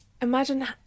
imagine